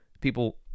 people